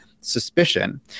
Suspicion